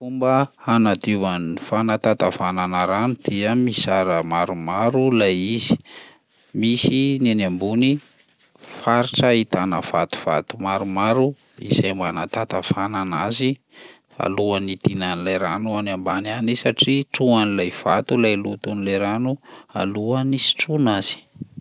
Fomba hanadiovan'ny fanatantavanana rano dia mizara maromaro lay izy: misy ny any ambony, faritra ahitana vato maromaro izay manatantavana anazy alohan'ny idinan'ilay rano any ambany any izy satria trohan'ilay vato lay loton'ilay rano alohan'ny hisotroana azy.